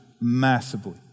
massively